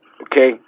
Okay